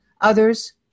others